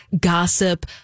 gossip